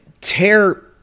tear